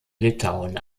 litauen